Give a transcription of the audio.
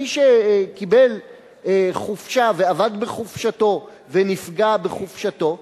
מי שקיבל חופשה ועבד בחופשתו ונפגע בחופשתו,